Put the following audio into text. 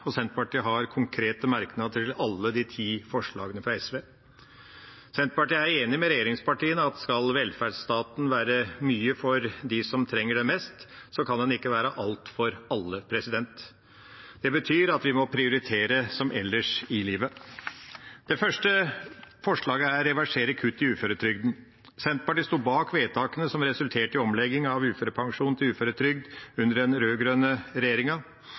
og Senterpartiet har konkrete merknader til alle de ti forslagene fra SV. Senterpartiet er enig med regjeringspartiene i at skal velferdsstaten være mye for dem som trenger det mest, kan den ikke være alt for alle. Det betyr at vi må prioritere, som ellers i livet. Forslag nr. 11 gjelder å reversere kutt i uføretrygden. Senterpartiet sto bak vedtakene som resulterte i omlegging av uførepensjon til uføretrygd under den rød-grønne regjeringa.